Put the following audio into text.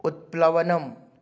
उत्प्लवनम्